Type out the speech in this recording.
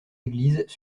églises